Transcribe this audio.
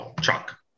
Chuck